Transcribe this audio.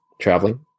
traveling